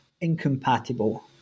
incompatible